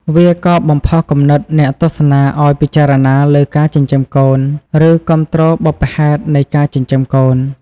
វាក៏បំផុសគំនិតអ្នកទស្សនាឲ្យពិចារណាលើការចិញ្ចឹមកូន ឬគាំទ្របុព្វហេតុនៃការចិញ្ចឹមកូន។